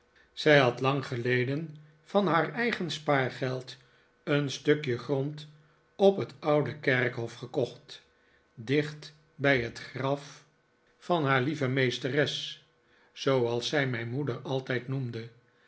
zij had lang geleden van haar eigeh spaargeld een stukje grond op het oude kerkhof gekocht dicht bij het graf van haar lieve david copperfield meesteres zooals zij mijn moeder altijd noemde